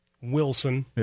Wilson